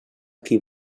qui